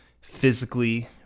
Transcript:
physically